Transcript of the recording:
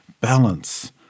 balance